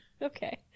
Okay